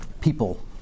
people